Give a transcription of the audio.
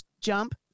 jump